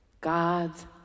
God's